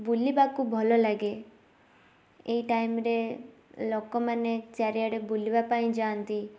ବୁଲିବାକୁ ଭଲ ଲାଗେ ଏଇ ଟାଇମ୍ରେ ଲୋକମାନେ ଚାରିଆଡ଼େ ବୁଲିବା ପାଇଁ ଯାଆନ୍ତି